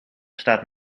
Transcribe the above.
staat